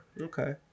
Okay